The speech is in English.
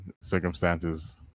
circumstances